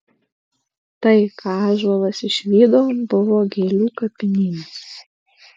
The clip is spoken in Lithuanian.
tai ką ąžuolas išvydo buvo gėlių kapinynas